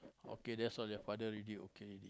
okay that's all your father already okay already